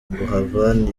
buravan